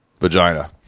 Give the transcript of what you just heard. Vagina